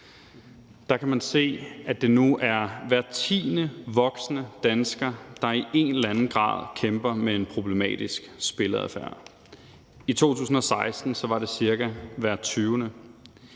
tal kan man se, at det nu er hver 10. voksne dansker, der i en eller anden grad kæmper med en problematisk spilleadfærd. I 2016 var det cirka hver 20.